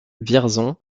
vierzon